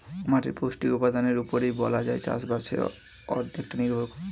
মাটির পৌষ্টিক উপাদানের উপরেই বলা যায় চাষবাসের অর্ধেকটা নির্ভর করছে